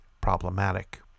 problematic